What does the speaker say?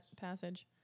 passage